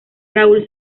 raúl